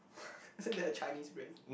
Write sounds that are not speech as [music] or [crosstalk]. [laughs] isn't that a Chinese brand